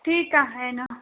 ठीक आहे ना